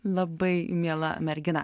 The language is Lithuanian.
labai miela mergina